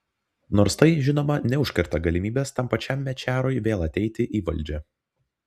nors tai žinoma neužkerta galimybės tam pačiam mečiarui vėl ateiti į valdžią